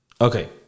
Okay